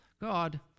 God